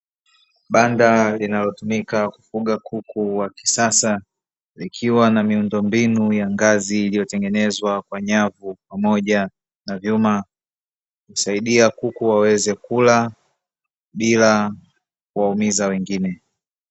Banda linalotumika kufuga kuku wa kisasa likiwa na miundombinu ya ngazi iliyotengenezwa kwa nyavu pamoja na vyuma kusaidia kuku waweze kula bila kuwaumiza wengine.